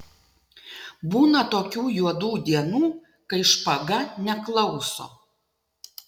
būna tokių juodų dienų kai špaga neklauso